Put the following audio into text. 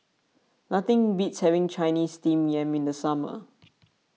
nothing beats having Chinese Steamed Yam in the summer